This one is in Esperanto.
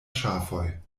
ŝafoj